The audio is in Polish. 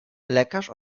lekarz